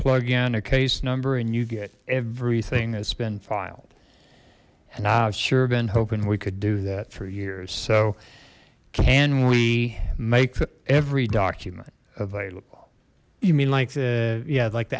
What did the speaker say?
plug in a case number and you get everything that's been filed and i've sure been hoping we could do that for years so can we make every document available you mean like the yeah like the